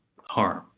harm